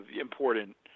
important